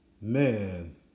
Man